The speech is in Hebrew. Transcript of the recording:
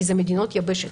כי אלה מדינות יבשת.